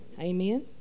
Amen